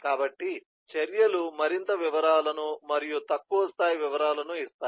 కాబట్టి చర్యలు మరింత వివరాలను మరియు తక్కువ స్థాయి వివరాలను ఇస్తాయి